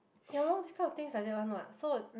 ya lor this kind of things is like that one what so